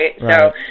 Right